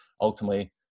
Ultimately